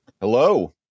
Hello